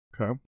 okay